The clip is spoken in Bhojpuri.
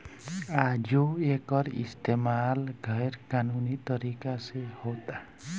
आजो एकर इस्तमाल गैर कानूनी तरीका से होता